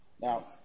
Now